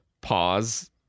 Pause